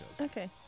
Okay